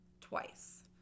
twice